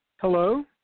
Hello